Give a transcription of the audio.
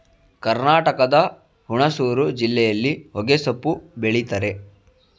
ಕರ್ನಾಟಕದ ಹುಣಸೂರು ಜಿಲ್ಲೆಯಲ್ಲಿ ಹೊಗೆಸೊಪ್ಪು ಬೆಳಿತರೆ